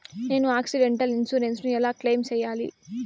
నేను accidental insurance ను ఎలా క్లెయిమ్ సేయాలి?